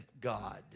God